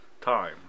time